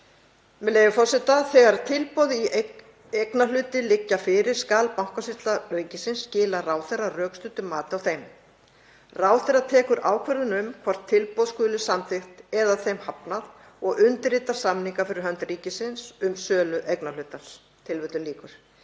með leyfi forseta: „Þegar tilboð í eignarhlut liggja fyrir skal Bankasýsla ríkisins skila ráðherra rökstuddu mati á þeim. Ráðherra tekur ákvörðun um hvort tilboð skuli samþykkt eða þeim hafnað og undirritar samninga fyrir hönd ríkisins um sölu eignarhlutarins.“ Hér